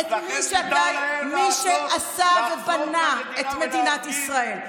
את מי שעשה ובנה את מדינת ישראל.